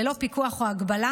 ללא פיקוח או הגבלה,